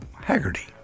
Haggerty